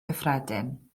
cyffredin